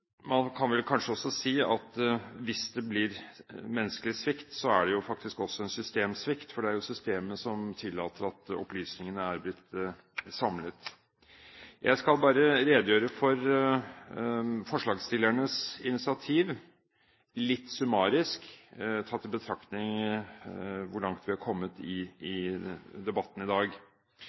Man kan vel kanskje også si at hvis det er menneskelig svikt, så er det jo faktisk også en systemsvikt, for det er jo systemet som tillater at opplysningene er blitt samlet. Jeg skal bare redegjøre for forslagsstillernes initiativ litt summarisk, tatt i betraktning hvor langt vi har kommet i debatten i dag.